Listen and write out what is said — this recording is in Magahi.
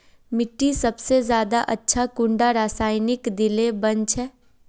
मिट्टी सबसे ज्यादा अच्छा कुंडा रासायनिक दिले बन छै?